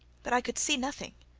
but i could see nothing.